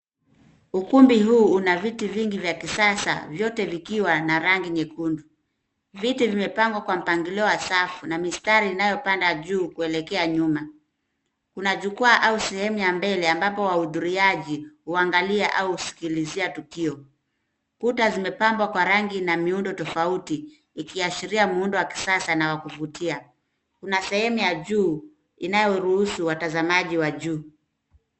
Ukumbi huu una viti vingi vya kisasa vyote vikiwa na rangi nyekundu. Viti vimepangwa kwa mpangilio wa safu na mistari inayopanda juu kuelekea nyuma. Kuna jukwaa au sehemu ya mbele ambapo wahudhuriaji huangalia au husikilizia tukio. Kuta zimepambwa kwa rangi na miundo tofauti ikiashiria muundo wa kisasa na wa kuvutia. Kuna sehemu ya juu inayoruhusu watazamaji wa juu.